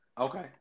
Okay